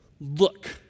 look